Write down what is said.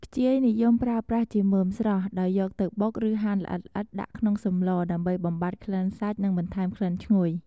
ខ្ជាយនិយមប្រើប្រាស់ជាមើមស្រស់ ដោយយកទៅបុក ឬហាន់ល្អិតៗដាក់ក្នុងសម្លដើម្បីបំបាត់ក្លិនសាច់និងបន្ថែមក្លិនឈ្ងុយ។